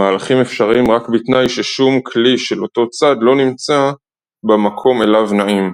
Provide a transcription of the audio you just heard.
המהלכים אפשריים רק בתנאי ששום כלי של אותו צד לא נמצא במקום אליו נעים.